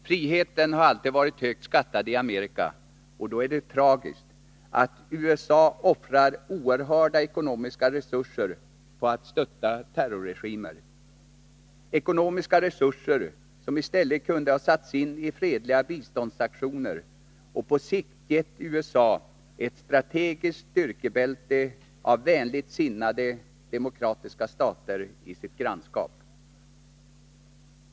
Friheten har alltid varit högt skattad i Amerika, och därför är det tragiskt att USA offrar oerhörda ekonomiska resurser på att stötta terrorregimer, resurser som i stället kunde satts in i fredliga biståndsaktioner och på sikt gett USA ett strategiskt styrkebälte av vänligt sinnade demokratiska stater i sitt grannskap.